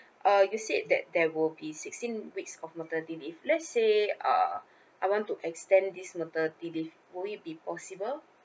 uh you said that there will be sixteen weeks of maternity leave let's say uh I want to extend this maternity leave would it be possible